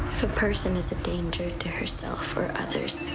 person is a danger to herself or others,